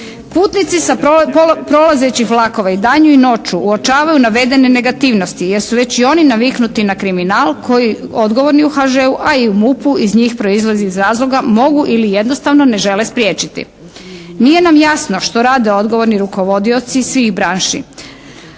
Putnici sa prolazećih vlakova i danju i noću uočavaju navedene negativnosti jer su već i oni naviknuti na kriminal koji odgovorni u HŽ-u a i u MUP-u iz njih proizlazi iz razloga mogu ili jednostavno ne žele spriječiti. Nije nam jasno što rade odgovorni rukovodioci svih branši.